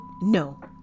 no